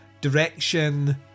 direction